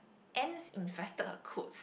ants infested her clothes